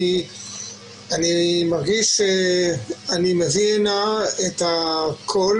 מרגיש שאני מביא לכאן את הקול